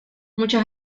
muchas